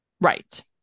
right